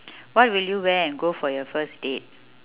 what will you wear and go for your first date